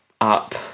up